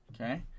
Okay